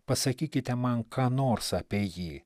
pasakykite man ką nors apie jį